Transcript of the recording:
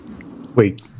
Wait